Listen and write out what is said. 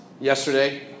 yesterday